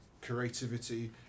creativity